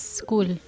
school